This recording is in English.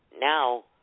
now